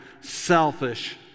selfish